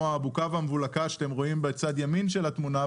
ה'בוקה והמבולקה' שאתם רואים בצד ימין של התמונה,